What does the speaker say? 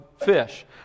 fish